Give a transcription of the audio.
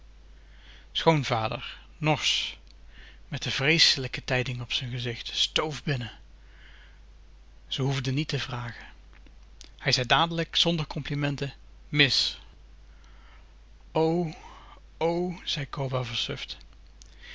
niet schoonvader norsch met de vreeselijke tij d i n g op z'n gezicht stoof binnen ze hoefde niet te vragen hij zei dadelijk zonder complimenten mis zei